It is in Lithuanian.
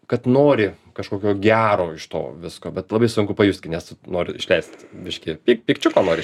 kad nori kažkokio gero iš to visko bet labai sunku pajust kai nes nori išleist biškį pi pikčiuko nori